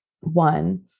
one